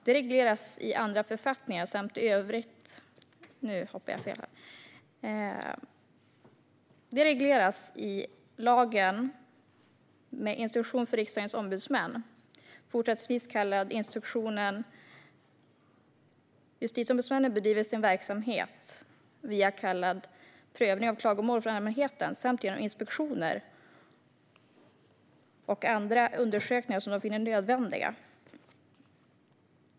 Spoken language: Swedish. Detta regleras i lagen med instruktion för Riksdagens ombudsmän, fortsättningsvis kallad instruktionen. Justitieombudsmännen bedriver sin verksamhet genom prövning av klagomål från allmänheten samt genom inspektioner och andra undersökningar som de finner nödvändiga.